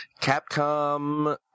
Capcom